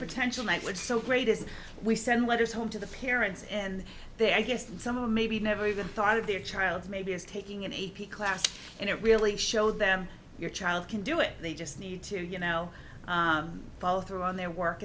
potential mike what's so great is we send letters home to the parents and they i guess some of them maybe never even thought of their child maybe is taking an a p class and it really showed them your child can do it they just need to you know follow through on their work